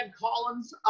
Collins